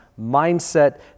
mindset